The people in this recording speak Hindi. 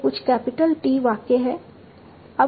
तो कुछ कैपिटल T वाक्य हैं